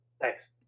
Thanks